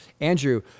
Andrew